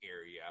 area